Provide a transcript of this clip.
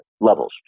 levels